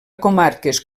comarques